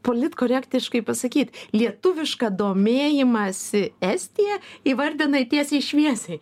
politkorektiškai pasakyt lietuvišką domėjimąsi estija įvardinai tiesiai šviesiai